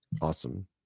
Awesome